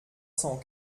cent